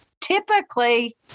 typically